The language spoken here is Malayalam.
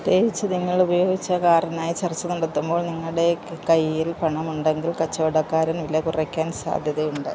പ്രത്യേകിച്ച് നിങ്ങൾ ഉപയോഗിച്ച കാറിനായി ചർച്ച നടത്തുമ്പോള് നിങ്ങളുടെ കയ്യിൽ പണമുണ്ടെങ്കിൽ കച്ചവടക്കാരൻ വില കുറയ്ക്കാന് സാധ്യതയുണ്ട്